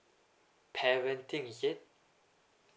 parenting is it